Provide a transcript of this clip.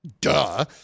Duh